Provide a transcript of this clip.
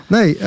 Nee